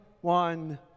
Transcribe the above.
one